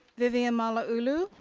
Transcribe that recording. vivian malauulu?